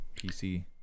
PC